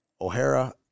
O'Hara